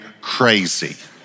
crazy